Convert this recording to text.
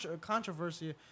controversy